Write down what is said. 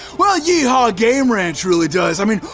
well, yee-haw ah game ranch really does. i mean,